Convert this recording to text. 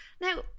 Now